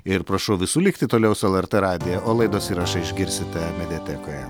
ir prašau visų likti toliau su lrt radiju o laidos įrašą išgirsite mediatekoje